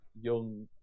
young